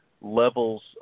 levels